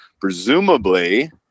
presumably